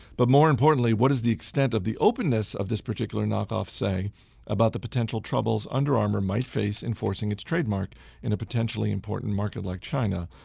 but, more importantly, what is the extent of the openness of this particular knockoff say about the potential troubles under armour might face enforcing its trademark in a potentially important market like china?